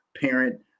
parent